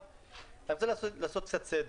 אני רוצה לעשות קצת סדר.